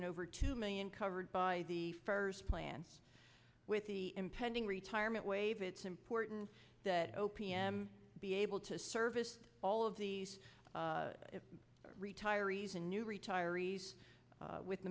and over two million covered by the first plan with the impending retirement wave it's important that o p m be able to service all of the retirees and new retirees with